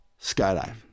Skydive